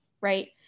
Right